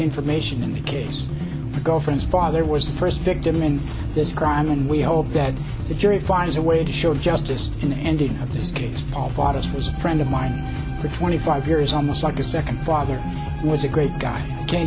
information in the case the girlfriend's father was the first victim in this crime and we hope that the jury finds a way to show justice in the ending of this case all four of us was a friend of mine for twenty five years almost like a second father was a great guy can't